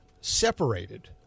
separated